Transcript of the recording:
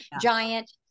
Giant